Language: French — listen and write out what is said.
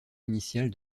initiale